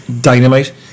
dynamite